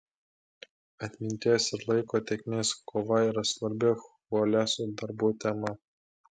atminties ir laiko tėkmės kova yra svarbi chvoleso darbų tema